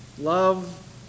Love